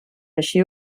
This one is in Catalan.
així